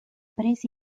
presi